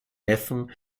neffen